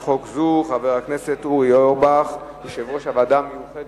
סיעודי, חלקם יושבים בבית בהיעדר אחיות